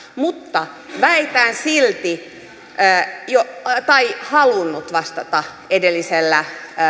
mutta väitän silti tai halunnut vastata edellisellä